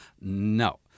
No